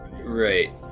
right